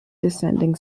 descending